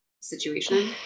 situation